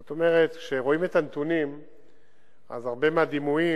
זאת אומרת, כשרואים את הנתונים הרבה מהדימויים